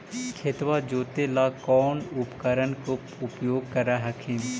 खेतबा जोते ला कौन उपकरण के उपयोग कर हखिन?